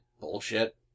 bullshit